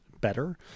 better